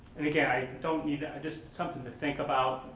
and again, i don't even, just something to think about.